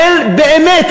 באמת,